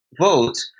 vote